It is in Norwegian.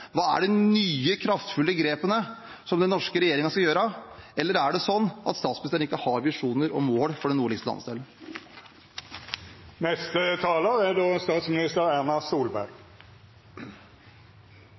Hva er de nye kraftfulle grepene som den norske regjeringen skal ta? Eller er det sånn at statsministeren ikke har visjoner og mål for den nordligste landsdelen?